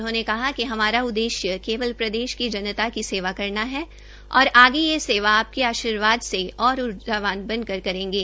उन्होंने कहा कि हमारा उद्देश्य केवल प्रदेश की जनता की सेवा करना है और आगे यह सेवा आपके आर्शीवाद से और ऊर्जावार बनकर करेंगे